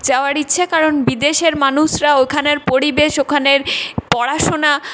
যাওয়ার ইচ্ছা কারণ বিদেশের মানুষরা ওখানের পরিবেশ ওখানের পড়াশোনা